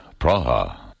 Praha